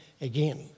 again